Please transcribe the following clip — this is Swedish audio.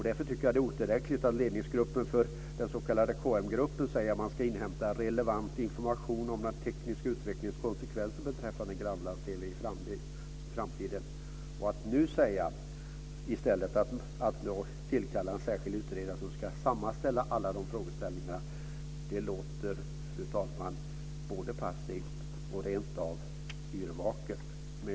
Därför tycker jag att det är otillräckligt att ledningsgruppen för den s.k. KM-gruppen säger att man ska inhämta relevant information om den tekniska utvecklingens konsekvenser beträffande grannlands TV i framtiden. Att nu i stället säga att man ska tillkalla en särskild utredare som ska sammanställa alla de frågeställningarna låter, fru talman, passivt och rent av yrvaket.